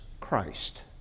Christ